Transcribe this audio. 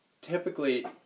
typically